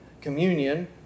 Communion